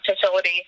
facility